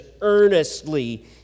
earnestly